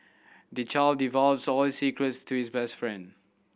the child divulged all his secrets to his best friend